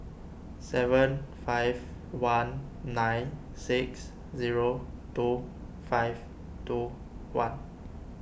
seven five one nine six zero two five two one